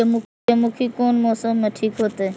सूर्यमुखी कोन मौसम में ठीक होते?